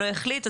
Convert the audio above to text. לא החליט,